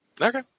Okay